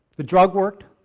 the drug worked,